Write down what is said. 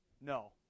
No